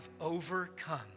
overcome